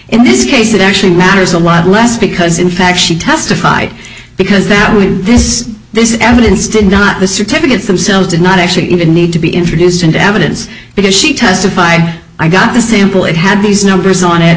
in this case it actually matters a lot less because in fact she testified because that this is this is evidence did not the certificates themselves did not actually even need to be introduced into evidence because she testified i got the simple it had these numbers on it